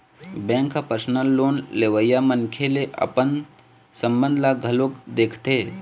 bank ह personal loan लेवइया मनखे ले अपन संबंध ल घलोक देखथे